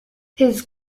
his